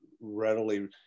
readily